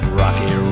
rocky